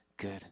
good